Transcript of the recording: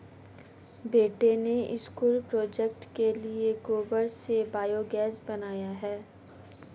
बेटे ने school project के लिए गोबर से बायोगैस बनाया है